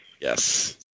Yes